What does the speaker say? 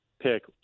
pick